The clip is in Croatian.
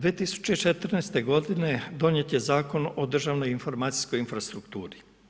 2014. g. donijet je Zakon o državnoj informacijskoj infrastrukturi.